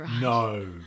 No